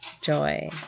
joy